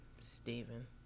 Stephen